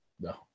No